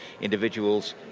individuals